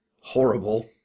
horrible